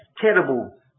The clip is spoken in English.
terrible